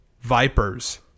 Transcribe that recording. vipers